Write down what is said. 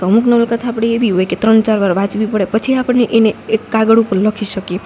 તો અમુક નવલકથા આપણી એવી હોય કે ત્રણ ચાર વાર વાંચવી પડે પછી આપણને એને એક કાગળ ઉપર લખી શકીએ